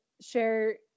share